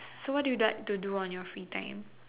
so what do you like to do on your free time